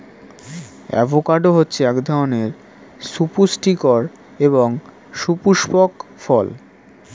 avocado হচ্ছে এক ধরনের সুপুস্টিকর এবং সুপুস্পক ফল